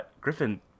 Griffin